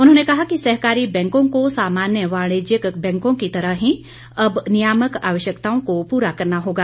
उन्होंने कहा कि सहकारी बैंकों को सामान्य वाणिज्यिक बैंकों की तरह ही अब नियामक आवश्यकताओं को पूरा करना होगा